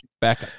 back